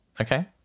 Okay